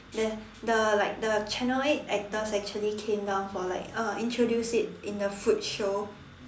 the the like the channel eight actors actually came down for like uh introduce it in the food show